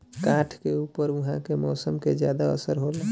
काठ के ऊपर उहाँ के मौसम के ज्यादा असर होला